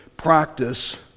practice